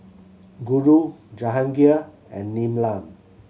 Guru Jahangir and Neelam